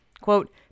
Quote